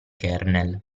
kernel